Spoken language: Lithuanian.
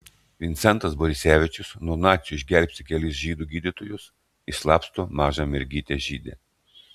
vincentas borisevičius nuo nacių išgelbsti kelis žydų gydytojus išslapsto mažą mergytę žydę